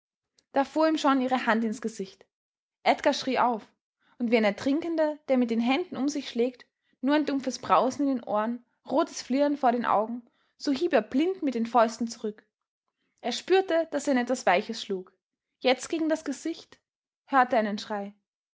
da fuhr ihm schon ihre hand ins gesicht edgar schrie auf und wie ein ertrinkender der mit den händen um sich schlägt nur ein dumpfes brausen in den ohren rotes flirren vor den augen so hieb er blind mit den fäusten zurück er spürte daß er in etwas weiches schlug jetzt gegen das gesicht hörte einen schrei